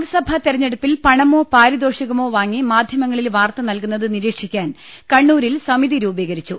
ലോക്സഭാ തെരഞ്ഞെടുപ്പിൽ പണമോ പാരിതോഷികമോ വാങ്ങി മാധ്യമങ്ങളിൽ വാർത്ത നൽകുന്നത് നിരീക്ഷിക്കാൻ കണ്ണൂ രിൽ സമിതി രൂപീകരിച്ചു